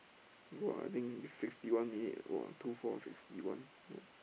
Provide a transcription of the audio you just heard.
good [what] I think sixty one minute !wah! two four sixty one